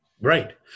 right